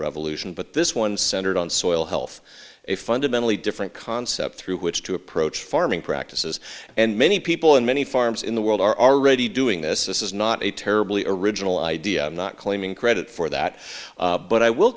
revolution but this one centered on soil health a fundamentally different concept through which to approach farming practices and many people and many farms in the world are already doing this this is not a terribly original idea i'm not claiming credit for that but i will